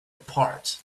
apart